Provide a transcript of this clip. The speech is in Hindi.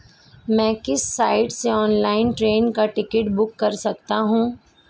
मैं किस साइट से ऑनलाइन ट्रेन का टिकट बुक कर सकता हूँ?